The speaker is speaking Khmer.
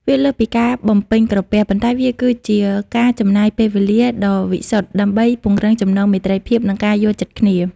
វាលើសពីការបំពេញក្រពះ ប៉ុន្តែវាគឺជាការចំណាយពេលវេលាដ៏វិសុទ្ធដើម្បីពង្រឹងចំណងមេត្រីភាព និងការយល់ចិត្តគ្នា។